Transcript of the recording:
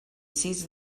sis